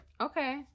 Okay